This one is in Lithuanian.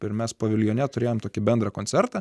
ir mes paviljone turėjome tokį bendrą koncertą